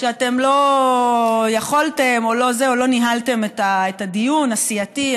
שאתם לא יכולתם או לא ניהלתם את הדיון הסיעתי,